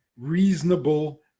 reasonable